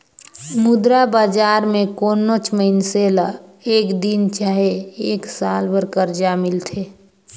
मुद्रा बजार में कोनोच मइनसे ल एक दिन चहे एक साल बर करजा मिलथे